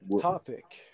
topic